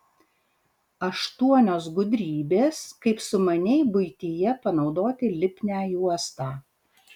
aštuonios gudrybės kaip sumaniai buityje panaudoti lipnią juostą